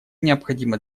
необходимо